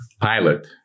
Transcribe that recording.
pilot